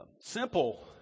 simple